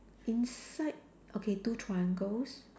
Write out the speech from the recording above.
inside okay two triangles